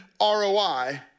ROI